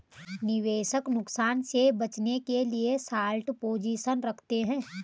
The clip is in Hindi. निवेशक नुकसान से बचने के लिए शार्ट पोजीशन रखते है